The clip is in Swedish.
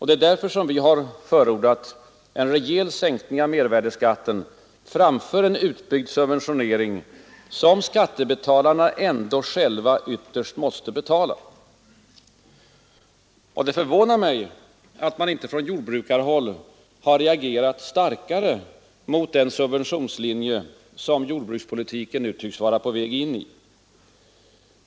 Det är därför vi har förordat en rejäl sänkning av mervärdeskatten framför en utbyggd subventionering, som skattebetalarna ändå själva ytterst måste betala. Det förvånar mig att man inte från jordbrukarhåll har reagerat starkare mot den subventionslinje som jordbrukspolitiken nu tycks vara på väg in i.